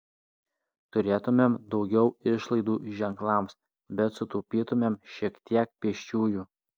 turėtumėm daugiau išlaidų ženklams bet sutaupytumėm šiek tiek pėsčiųjų